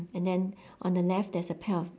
and then on the left there's a pair of